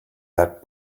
that